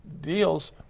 deals